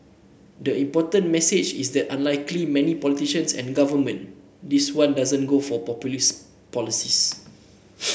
the important message is that unlikely many politicians and government this one doesn't go for populist policies